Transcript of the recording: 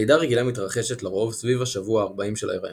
לידה רגילה מתרחשת לרוב סביב השבוע ה-40 של ההיריון.